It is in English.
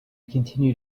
continued